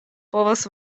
povas